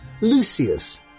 Lucius